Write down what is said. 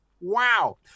Wow